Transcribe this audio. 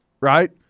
right